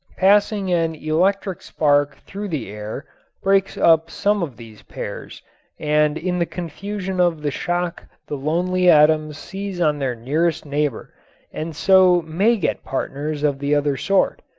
passing an electric spark through the air breaks up some of these pairs and in the confusion of the shock the lonely atoms seize on their nearest neighbor and so may get partners of the other sort.